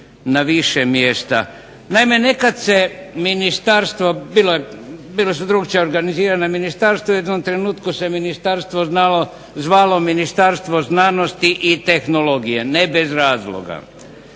Naime, nekada se ministarstvo, bila su drukčije organizirana ministarstva, u jednom trenutku se Ministarstvo zvalo Ministarstvo znanosti i tehnologije, ne bez razloga.